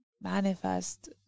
manifest